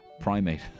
primate